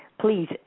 Please